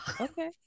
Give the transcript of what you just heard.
okay